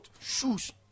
shoes